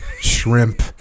shrimp